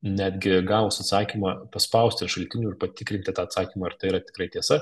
netgi gavus atsakymą paspaust ant šaltinių ir patikrinti tą atsakymą ar tai yra tikrai tiesa